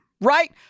right